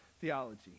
theology